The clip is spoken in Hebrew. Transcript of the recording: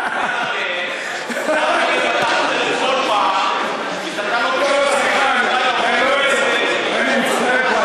אותן מילים אתה חוזר כל פעם, אני מצטער,